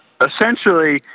essentially